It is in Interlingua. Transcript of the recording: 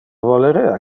volerea